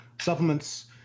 Supplements